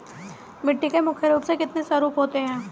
मिट्टी के मुख्य रूप से कितने स्वरूप होते हैं?